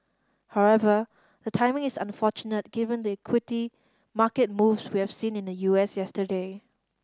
however the timing is unfortunate given the equity market moves we have seen in the U S yesterday